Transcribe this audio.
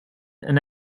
and